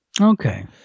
okay